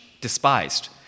despised